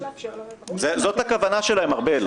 זאת הכוונה שלהם, ארבל.